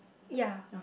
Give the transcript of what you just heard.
ya